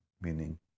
Meaning